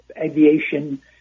aviation